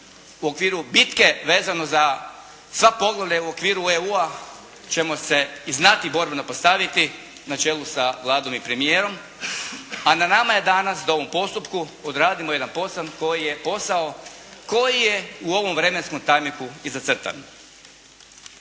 u okviru bitke vezano za sva poglavlja u okviru EU-a ćemo se i znati borbeno postaviti na čelu sa Vladom i premijerom, a na nama je danas da u ovom postupku odradimo jedan posao koji je u ovom vremenskom tajmingu i zacrtan.